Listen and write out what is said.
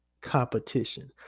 competition